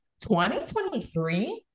2023